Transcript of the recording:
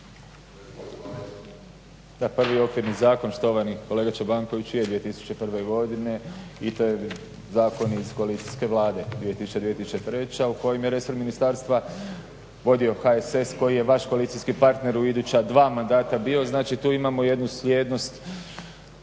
prvi okvirni zakon štovani kolega Čobankoviću je iz 2001. godine i to je zakon iz koalicijske Vlade 2000.-2003. u kojem je resor ministarstva vodio HSS koji je vaš koalicijski partner u iduća dva mandata bio. Znači, tu imamo jednu slijednost